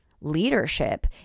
leadership